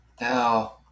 Now